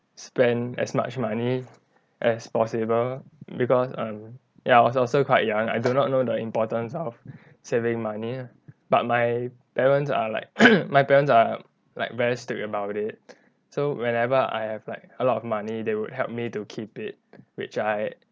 spend as much money as possible because um ya I was also quite young I do not know the importance of saving money but my parents are like my parents are like very strict about it so whenever I have like a lot of money they would help me to keep it which I